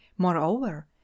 Moreover